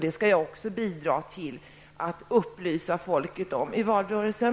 Det skall jag också bidra med att upplysa folket om i valrörelsen.